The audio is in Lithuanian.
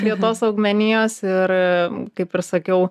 prie tos augmenijos ir kaip ir sakiau